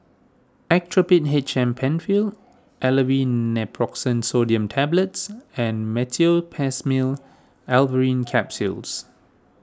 Actrapid H M Penfill Aleve Naproxen Sodium Tablets and Meteospasmyl Alverine Capsules